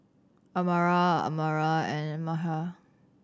Amirah Amirah and Mikhail